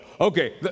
Okay